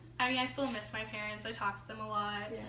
um yeah i still miss my parents. i talk to them a lot.